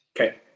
Okay